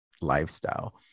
lifestyle